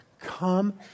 Come